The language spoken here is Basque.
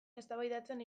eztabaidatzen